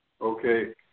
okay